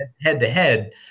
head-to-head